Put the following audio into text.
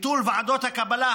ביטול ועדות הקבלה,